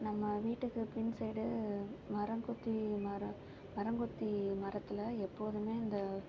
நம்ம வீட்டுக்கு பின் சைடு மரங்கொத்தி மரம் மரங்கொத்தி மரத்தில் எப்போதுமே இந்த